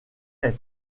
est